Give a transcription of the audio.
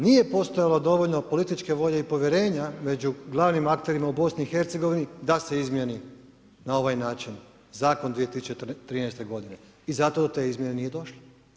Nije postojalo dovoljno političke volje i povjerenja među glavnim akterima u BiH da se izmjeni na ovaj način zakon 2013. godine i zato do te izmjene nije došlo.